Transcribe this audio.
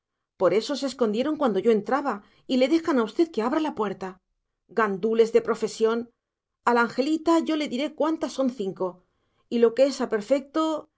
por eso se escondieron cuando yo entraba y le dejan a usted que abra la puerta gandules de profesión a la angelita yo le diré cuántas son cinco y lo que es a perfecto